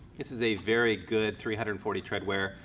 this is a very good three hundred and forty tread wear,